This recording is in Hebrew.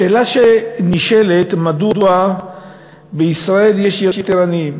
השאלה שנשאלת: מדוע בישראל יש יותר עניים?